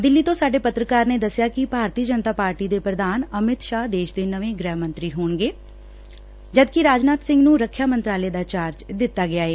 ਦਿੱਲੀ ਤੋਂ ਸਾਡੇ ਪਤਰਕਾਰ ਨੇ ਦਸਿਆ ਕਿ ਭਾਰਤੀ ਜਨਤਾ ਪਾਰਟੀ ਦੇ ਪ੍ਰਧਾਨ ਅਮਿਤ ਸ਼ਾਹ ਦੇਸ਼ ਦੇ ਨਵੇਂ ਗ੍ਹਿ ਮੰਤਰੀ ਹੋਣਗੇ ਜਦਕਿ ਰਾਜਨਾਥ ਸਿੰਘ ਨੂੰ ਰੱਖਿਆ ਮੰਤਰਾਲਾ ਦਾ ਚਾਰਜ ਦਿੱਤਾ ਗਿਆ ਏ